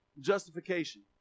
justification